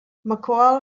mccall